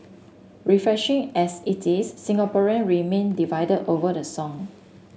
refreshing as it is Singaporean remain divided over the song